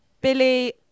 Billy